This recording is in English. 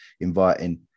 inviting